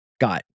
Got